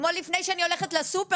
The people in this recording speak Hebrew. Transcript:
זה כמו שלפני שאלך לסופר,